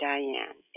Diane